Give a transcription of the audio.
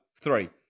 three